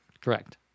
Correct